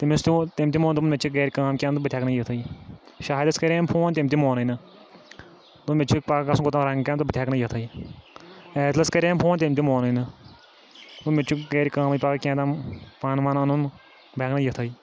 تٔمِس تہِ تٔمۍ تہِ مون دوٚپُن مےٚ تہِ چھِ گَرِ کٲم کینٛہہ تہٕ بہٕ تہِ ہٮ۪کہٕ نہٕ یِتھٕے شاہِدَس کریٚیَم فون تٔمۍ تہِ مونُے نہٕ دوٚپُن مےٚ تہِ چھُ پَگاہ گژھُن کوٚت تام رنٛگ کامہِ تہٕ بہٕ تہِ ہٮ۪کہٕ نہٕ یِتھٕے عادلس کریٚیَم فون تٔمۍ تہِ مونُے نہٕ دوٚپُن مےٚ تہِ چھُ گرِ کٲمٕے پگاہ کینٛہہ تام پن وَن انُن بہٕ ہٮ۪کہٕ نہٕ یِتھٕے